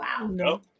Wow